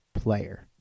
Player